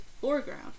foreground